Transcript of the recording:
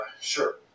Sure